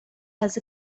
has